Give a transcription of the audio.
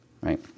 right